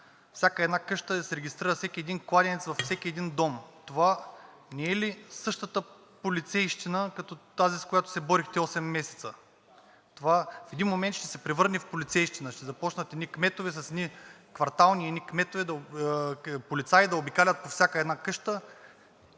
всяка къща и да се регистрира всеки кладенец във всеки един дом. Това не е ли същата полицейщина, като тази, с която се борихте осем месеца? Това в един момент ще се превърне в полицейщина. Ще започнат едни кметове с едни квартални полицаи да обикалят по всяка една къща